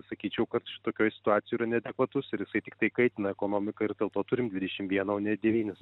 sakyčiau kad šitokioj situacijoj yra neadekvatus ir jisai tiktai kaitina ekonomiką ir dėl to turim dvidešim vieną o ne devynis